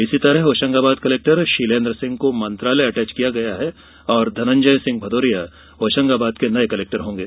इसी तरह होशंगाबाद कलेक्टर शीलेंद्र सिंह को मंत्रालय अटैच किया गया है और धनंजय सिंह भदौरिया होशंगाबाद के नए कलेक्टर होंगे